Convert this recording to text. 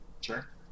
Sure